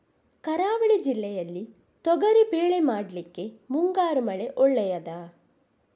ಕರಾವಳಿ ಜಿಲ್ಲೆಯಲ್ಲಿ ತೊಗರಿಬೇಳೆ ಮಾಡ್ಲಿಕ್ಕೆ ಮುಂಗಾರು ಮಳೆ ಒಳ್ಳೆಯದ?